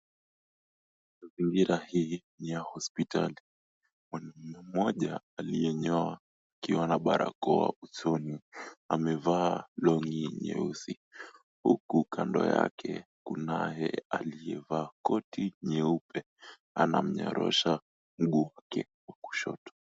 Mazingira hii ni ya hospitali. Mwanamume mmoja aliyenyoa akiwa na barakoa usoni. Amevaa longi nyeusi. Huku kando yake kuna yeye aliyevaa koti nyeupe. Anamnyorosha mguu wake wa kushoto.